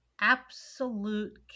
absolute